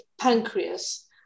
pancreas